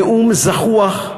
נאום זחוח,